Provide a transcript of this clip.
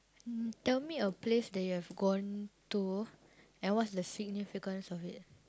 mm tell me a place that you have gone to and what's the significance of it